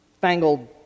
fangled